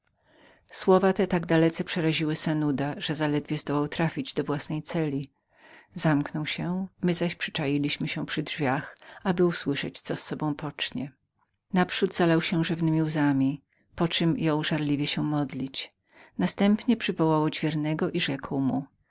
słowa te tak dalece przeraziły sanuda że zaledwie zdołał trafić do własnej celi zamknął się my zaś przyczailiśmy się przy drzwiach aby usłyszeć co z sobą pocznie naprzód zalał się rzewnemi łzami poczem jął żarliwie się modlić następnie przywołał odźwiernego i rzekł